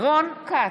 רון כץ,